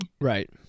Right